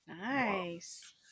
Nice